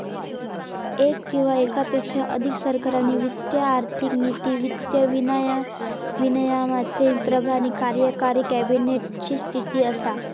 येक किंवा येकापेक्षा अधिक सरकारी वित्त आर्थिक नीती, वित्त विनियमाचे प्रभारी कार्यकारी कॅबिनेट ची स्थिती असा